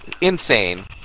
insane